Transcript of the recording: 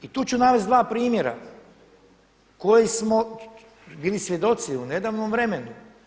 I tu ću navesti dva primjera koji smo bili svjedoci u nedavnom vremenu.